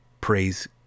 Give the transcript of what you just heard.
Praise